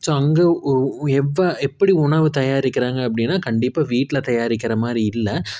so அங்கே எப்போ எப்படி உணவு தயாரிக்கிறாங்க அப்படின்னா கண்டிப்பாக வீட்டில் தயாரிக்கிறமாதிரி இல்லை